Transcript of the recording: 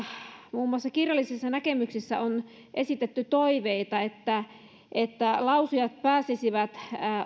muun muassa kirjallisissa näkemyksissä on esitetty toiveita että että lausujat pääsisivät